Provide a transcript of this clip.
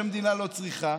שהמדינה לא צריכה,